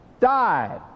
died